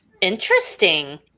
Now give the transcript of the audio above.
Interesting